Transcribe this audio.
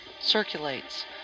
circulates